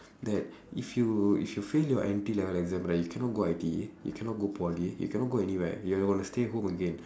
that if you if you fail your N_T level exam right you cannot go I_T_E you cannot go poly you cannot go anywhere you got to stay home again